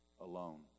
alone